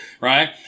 right